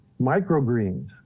microgreens